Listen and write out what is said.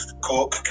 Cork